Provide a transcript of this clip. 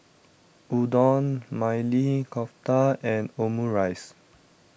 Udon Maili Kofta and Omurice